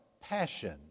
passion